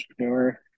entrepreneur